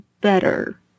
better